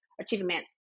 achievement